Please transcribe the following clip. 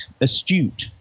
astute